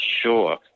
sure